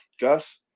Gus